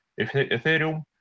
Ethereum